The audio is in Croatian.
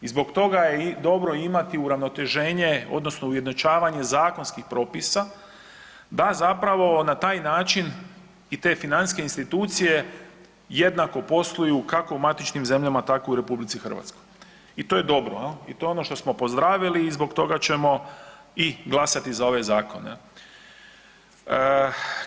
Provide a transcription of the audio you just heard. I zbog toga je i dobro imati uravnoteženje odnosno ujednačavanje zakonskih propisa da zapravo na taj način i te financijske institucije jednako posluju, kako u matičnim zemljama, tako i u RH i to je dobro jel i to je ono što smo pozdravili i zbog toga ćemo i glasati za ove zakone jel.